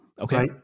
Okay